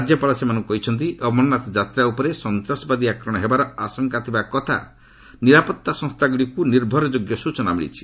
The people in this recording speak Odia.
ରାଜ୍ୟପାଳ ସେମାନଙ୍କୁ କହିଛନ୍ତି ଅମରନାଥ ଯାତ୍ରା ଉପରେ ସନ୍ତାସବାଦୀ ଆକ୍ରମଣ ହେବାର ଆଶଙ୍କା ଥିବା କଥା ନିରାପତ୍ତା ସଂସ୍ଥାଗୁଡ଼ିକୁ ନିର୍ଭରଯୋଗ୍ୟ ସ୍ଟୁଚନା ମିଳିଛି